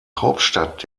hauptstadt